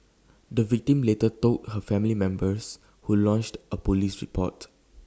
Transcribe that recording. the victim later told her family members who lodged A Police report